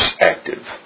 active